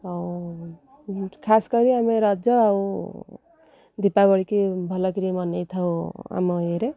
ଆଉ ଖାସ୍ କରି ଆମେ ରଜ ଆଉ ଦୀପାବଳି କି ଭଲକିରି ମନାଇଥାଉ ଆମ ଇଏରେ